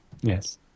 Yes